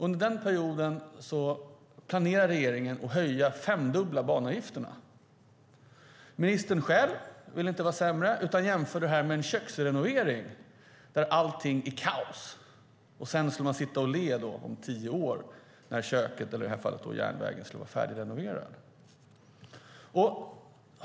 Under den perioden planerar regeringen att femdubbla banavgifterna. Ministern själv vill inte vara sämre utan jämför detta med en köksrenovering där allting är kaos, och sedan ska man sitta och le om tio år när köket, eller i detta fall järnvägen, ska vara färdigrenoverat.